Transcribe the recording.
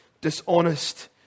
dishonest